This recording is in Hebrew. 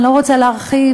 אני לא רוצה להרחיב,